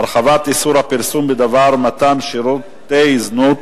(הרחבת איסור הפרסום בדבר מתן שירותי זנות